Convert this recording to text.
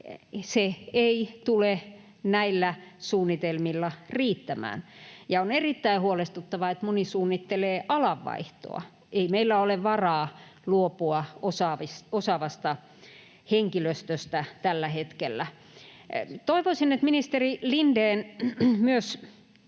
ne eivät tule näillä suunnitelmilla riittämään, ja on erittäin huolestuttavaa, että moni suunnittelee alan vaihtoa. Ei meillä ole varaa luopua osaavasta henkilöstöstä tällä hetkellä. Toivoisin, että ministeri Lindén myös